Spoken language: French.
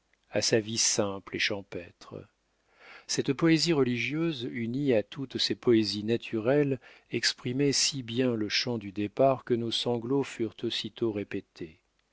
à sa vie simple et champêtre cette poésie religieuse unie à toutes ces poésies naturelles exprimait si bien le chant du départ que nos sanglots furent aussitôt répétés